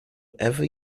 ever